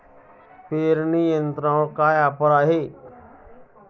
पेरणी यंत्रावर काय ऑफर आहे?